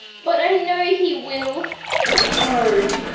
but i know he will oh.